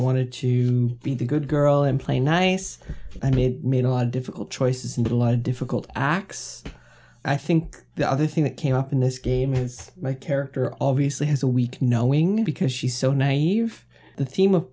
wanted to be the good girl and play nice i mean i made a lot of difficult choices and a lot of difficult acts i think the other thing that came up in this game is my character already so has a weak knowing because she's so nave the theme of